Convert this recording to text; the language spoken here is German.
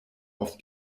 auf